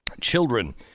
Children